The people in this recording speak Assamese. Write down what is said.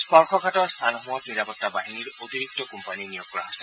স্পৰ্শকাতৰ স্থানসমূহত নিৰাপত্তা বাহিনীৰ অতিৰিক্ত কোম্পানী নিয়োগ কৰা হৈছে